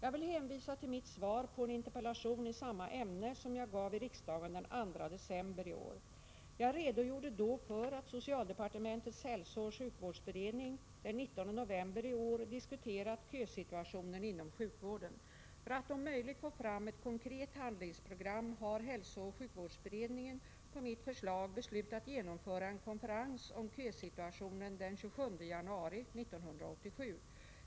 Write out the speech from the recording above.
Jag vill hänvisa till mitt svar på en interpellation i samma ämne som jag gav i riksdagen den 2 december i år. Jag redogjorde då för att socialdepartementets hälsooch sjukvårdsberedning den 19 november i år diskuterat kösituationen inom sjukvården. För att om möjligt få fram ett konkret handlingsprogram har hälsooch sjukvårdsberedningen på mitt förslag beslutat genomföra en konferens om kösituationen den 27 januari 1987.